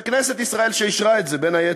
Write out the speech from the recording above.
וכנסת ישראל, שאישרה את זה, בין היתר,